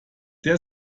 der